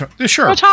sure